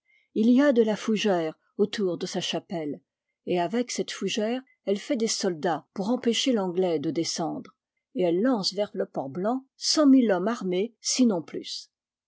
il y a de la fougère autour de sa chapelle et avec cette fougère elle fait des soldats pour empêcher l'anglais de descendre et elle lance vers le port blanc cent mille hommes armés sinon plus